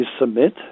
submit